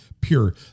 pure